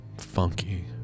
Funky